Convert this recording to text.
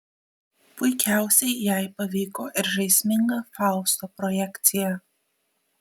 puikiausiai jai pavyko ir žaisminga fausto projekcija